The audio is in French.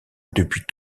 depuis